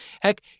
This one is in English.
heck